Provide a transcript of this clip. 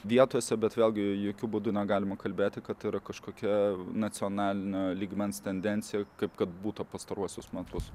vietose bet vėlgi jokiu būdu negalima kalbėti kad yra kažkokia nacionalinio lygmens tendencija kaip kad būta pastaruosius metus